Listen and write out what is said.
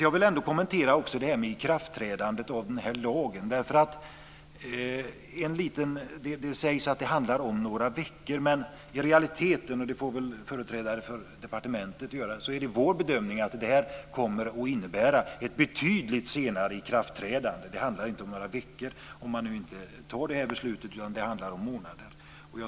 Jag vill kommentera ikraftträdandet av lagen. Det sägs att det handlar om några veckor. I realiteten - det får väl företrädare för departementet göra - är det vår bedömning att det kommer att innebära ett betydligt senare ikraftträdande. Det handlar inte om några veckor utan det handlar om månader.